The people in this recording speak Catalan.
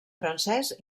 francès